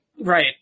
Right